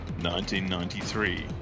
1993